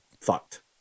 fucked